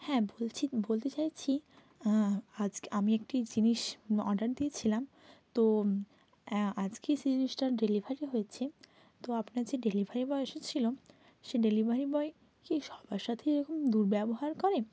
হ্যাঁ বলছি বলতে চাইছি আজকে আমি একটি জিনিস অর্ডার দিয়েছিলাম তো অ্যাঁ আজকে সেই জিনিসটার ডেলিভারি হয়েছে তো আপনার যে ডেলিভারি বয় এসেছিলো সে ডেলিভারি বয় কি সবার সাথেই এরকম দুর্ব্যবহার করে